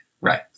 Right